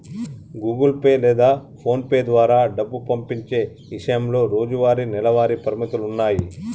Google Pay లేదా PhonePe ద్వారా డబ్బు పంపించే ఇషయంలో రోజువారీ, నెలవారీ పరిమితులున్నాయి